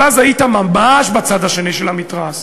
אבל אז היית ממש בצד השני של המתרס,